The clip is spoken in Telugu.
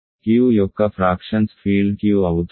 Q యొక్క ఫ్రాక్షన్స్ ఫీల్డ్ Q అవుతుంది